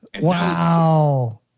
Wow